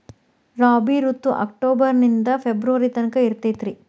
ರಾಬಿ ಋತು ಅಕ್ಟೋಬರ್ ನಿಂದ ಫೆಬ್ರುವರಿ ತನಕ ಇರತೈತ್ರಿ